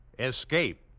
Escape